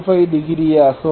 எனவே E sin E sin 4